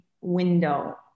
window